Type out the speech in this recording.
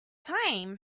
time